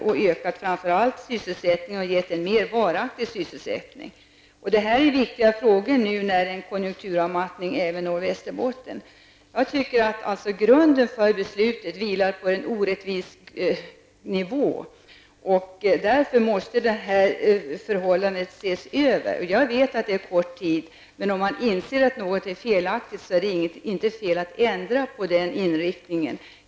Det kunde framför allt ha ökat sysselsättningen och gett en mer varaktig sysselsättning. Detta är viktiga frågor när en konjunkturavmattning nu når Västerbotten. Jag tycker att beslutet om stödområdesindelningen vilar på en orättvis grund och att de nuvarande förhållandena måste ses över. Jag vet att det är kort tid sedan beslutet fattades, men om något är felaktigt är det inte fel att ta upp saken igen.